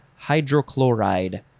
hydrochloride